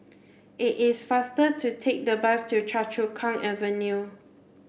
it is faster to take the bus to Choa Chu Kang Avenue